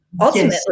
ultimately